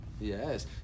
Yes